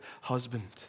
husband